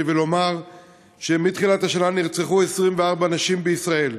ולומר שמתחילת השנה נרצחו 24 נשים בישראל,